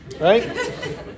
Right